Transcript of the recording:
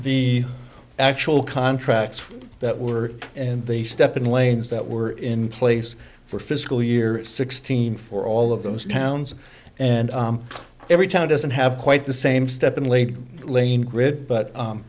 the actual contracts that were and they step in lanes that were in place for fiscal year sixteen for all of those towns and every town doesn't have quite the same step and laid lane grid but